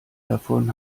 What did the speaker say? davon